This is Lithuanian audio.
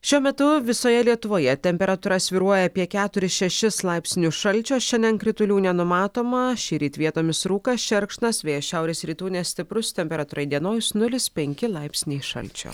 šiuo metu visoje lietuvoje temperatūra svyruoja apie keturis šešis laipsnius šalčio šiandien kritulių nenumatoma šįryt vietomis rūkas šerkšnas vėjas šiaurės rytų nestiprus temperatūra įdienojus nulis penki laipsniai šalčio